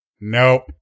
Nope